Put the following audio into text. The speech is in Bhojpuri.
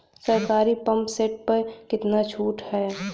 सरकारी पंप सेट प कितना छूट हैं?